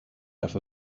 ever